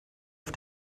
auf